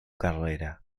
carrera